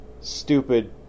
stupid